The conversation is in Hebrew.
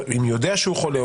יודע שהוא חולה,